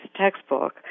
textbook